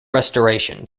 restoration